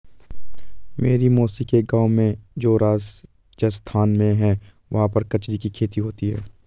मेरी मौसी के गाँव में जो राजस्थान में है वहाँ पर कचरी की खेती होती है